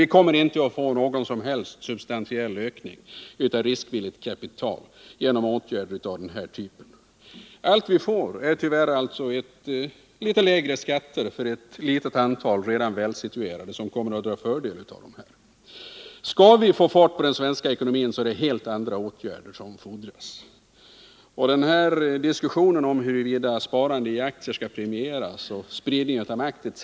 Vi kommer inte att få någon som helst substantiell ökning av riskvilligt kapital genom åtgärder av den här typen. Allt vi åstadkommer den vägen är tyvärr bara lägre skatter för ett litet antal redan välsituerade, som kommer att dra fördel av skatterabatterna. Om vi skall få fart på den svenska ekonomin, fordras helt andra åtgärder. Diskussionen om huruvida sparande i aktier skall premieras, om spridning av makt etc.